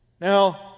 Now